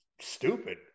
stupid